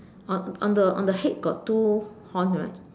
on on the on the head got two horn right